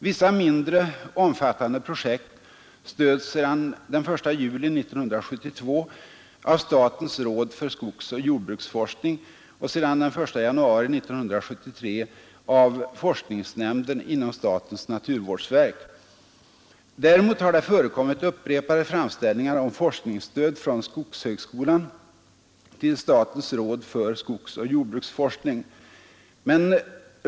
Vissa mindre omfattande projekt stöds sedan den 1 juli 1972 av statens råd för skogsoch jordbruksforskning och sedan den 1 januari 1973 av forskningsnämnden inom statens naturvårdsverk. Däremot har upprepade «framställningar om forskningsstöd från skogshögskolan till statens råd för skogsoch jordbruksforskning blivit utan resultat.